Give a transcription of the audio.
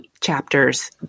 chapters